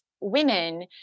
women